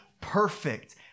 perfect